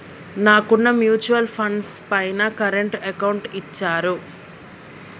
నాకున్న mutual funds పైన current account ఇచ్చారు